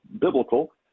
biblical